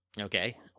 Okay